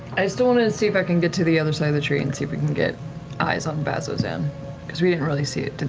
i still want to and see if i can get to the other side of the tree and see if we can get eyes on bazzoxan because we didn't really see it, did